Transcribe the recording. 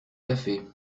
café